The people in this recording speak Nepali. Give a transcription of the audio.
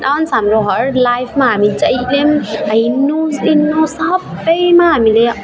डान्स हाम्रो हरएक लाइफमा हामी जहिले हिँड्नु सिन्नु सबमा हामीले